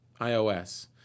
iOS